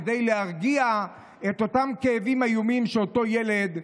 כדי להרגיע את אותם כאבים איומים שאותו ילד,